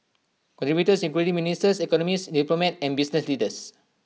contributors include ministers economists diplomat and business leaders